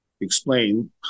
explain